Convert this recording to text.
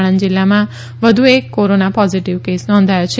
આણંદ જિલ્લામાં વધુ એક કોરોના પોઝીટીવ કેસ નોંધાયો છે